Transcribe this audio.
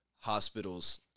hospitals